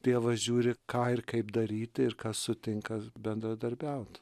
dievas žiūri ką ir kaip daryti ir kas sutinka bendradarbiaut